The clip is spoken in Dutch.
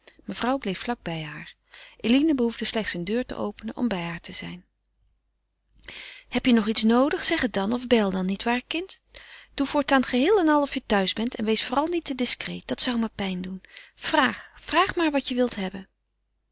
mevrouw bleef vlak bij haar eline behoefde slechts eene deur te openen om bij haar te zijn heb je nog iets noodig zeg het dan of bel dan niet waar kind doe voortaan geheel en al of je thuis bent en wees vooral niet te discreet dat zou me pijn doen vraag vraag maar wat je wil hebben